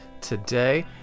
today